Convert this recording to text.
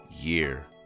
year